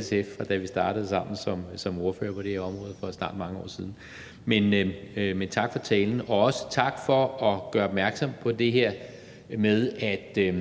SF, fra da vi startede sammen som ordførere på det her område for snart mange år siden. Men tak for talen. Og også tak for at gøre opmærksom på det her med, at